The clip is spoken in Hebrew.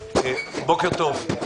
בוקר טוב,